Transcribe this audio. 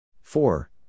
four